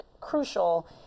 crucial